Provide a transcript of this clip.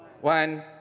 One